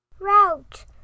Route